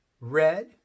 red